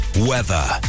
Weather